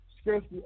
scarcely